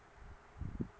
mm